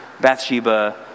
Bathsheba